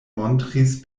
montris